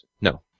no